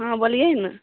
हाँ बोलियै ने